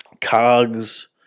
Cogs